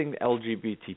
LGBT